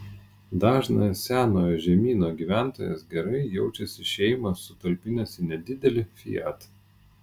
dažnas senojo žemyno gyventojas gerai jaučiasi šeimą sutalpinęs į nedidelį fiat